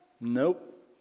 nope